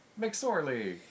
McSorley